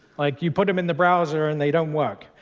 like, you put them in the browser, and they don't work.